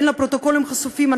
אין לה פרוטוקולים חשופים.